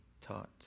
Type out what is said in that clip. taught